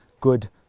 good